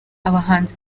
abahanzi